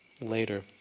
later